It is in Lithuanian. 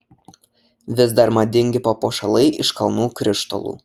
vis dar madingi papuošalai iš kalnų krištolų